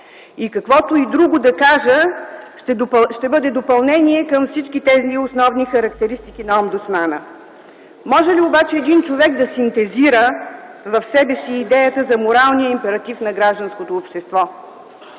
Каквото и друго да кажа, ще бъде допълнение към всички тези основни характеристики на омбудсмана. Може ли обаче един човек да синтезира в себе си идеята за моралния императив на гражданското общество?